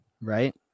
right